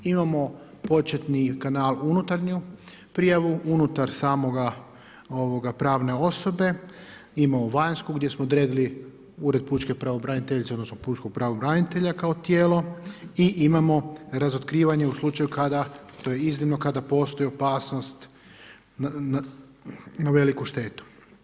Imamo početni kanal unutarnju prijavu, unutar samoga prave osobe, imamo vanjske, gdje smo odredili ured pučke pravobraniteljice, odnosno, pučkog pravobranitelja kao tijelo i imamo razotkrivanje u slučaju kada, to je iznimno kada postoji opasnost na veliku štetu.